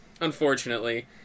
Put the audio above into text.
unfortunately